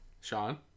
Sean